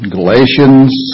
Galatians